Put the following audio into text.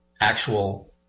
actual